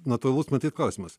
natūralus matyt klausimas